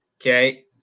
Okay